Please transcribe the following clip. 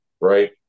right